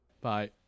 Bye